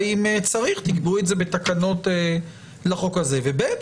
אם צריך תקבעו את זה בתקנות לחוק הזה; ו-ב',